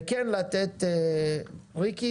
וכן לתת לצוות של ריקי